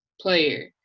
player